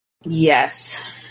Yes